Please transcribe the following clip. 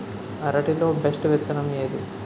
అరటి లో బెస్టు విత్తనం ఏది?